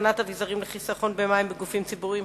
(התקנת אביזרים לחיסכון במים בגופים ציבוריים).